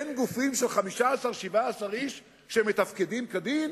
אין גופים של 15, 17 איש, שמתפקדים כדין